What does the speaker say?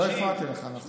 לא הפרעתי, נכון?